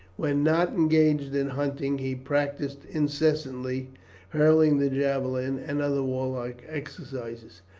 when not engaged in hunting he practised incessantly hurling the javelin and other warlike exercises,